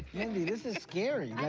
mindy, this is scary.